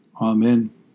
Amen